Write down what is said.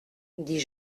dis